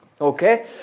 Okay